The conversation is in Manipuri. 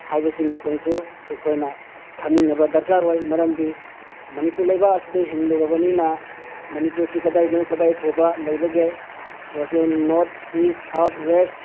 ꯍꯥꯏꯕ ꯁꯤꯃꯇꯪꯁꯨ ꯑꯩꯈꯣꯏꯅ ꯈꯪꯃꯤꯟꯅꯕ ꯗꯔꯀꯥꯔ ꯑꯣꯏ ꯃꯔꯝꯗꯤ ꯃꯅꯤꯄꯨꯔ ꯂꯩꯕꯥꯛ ꯑꯁꯤꯗ ꯍꯤꯡꯂꯨꯔꯕꯅꯤꯅ ꯃꯅꯤꯄꯨꯔꯁꯤ ꯀꯗꯥꯏꯗꯒꯤ ꯀꯗꯥꯏ ꯐꯥꯎꯕ ꯂꯩꯕꯒꯦ Assam north east south west